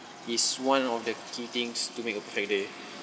is one of the key things to make a perfect day